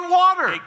water